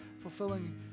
fulfilling